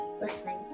listening